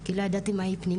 כי לא ידעתי מה זה פנימייה,